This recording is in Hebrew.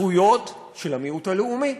בזכויות של המיעוט הלאומי.